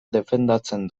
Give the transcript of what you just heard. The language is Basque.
defendatzen